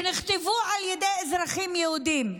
שנכתבו על ידי אזרחים יהודים.